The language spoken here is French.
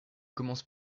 commence